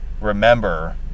remember